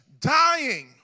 dying